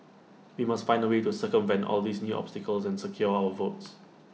we must find A way to circumvent all these new obstacles and secure our votes